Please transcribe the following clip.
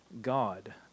God